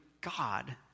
God